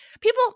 people